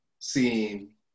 seeing